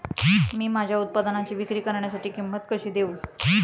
मी माझ्या उत्पादनाची विक्री करण्यासाठी किंमत कशी देऊ?